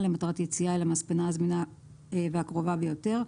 למטרת יציאה אל המספנה הזמינה והקרובה ביותר,